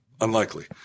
Unlikely